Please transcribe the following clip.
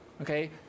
okay